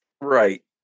right